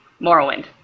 Morrowind